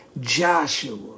Joshua